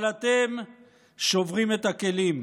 אבל אתם שוברים את הכלים: